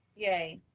yay.